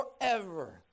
forever